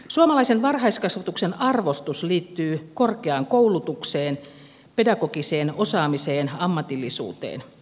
suomalaisen varhaiskasvatuksen arvostus liittyy korkeaan koulutukseen pedagogiseen osaamiseen ammatillisuuteen